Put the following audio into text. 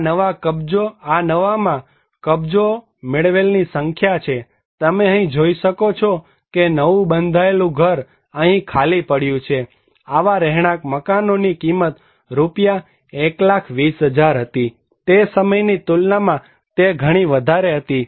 આ નવામાં કબજો મેળવેલની સંખ્યા છે તમે અહીં જોઈ શકો છો કે નવું બંધાયેલું ઘર અહીં ખાલી પડ્યું છે આવા રહેણાંક એકમોની કિંમત રૂપિયા 1 લાખ 20000 હતી તે સમયની તુલનામાં તે ઘણી વધારે હતી